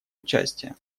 участия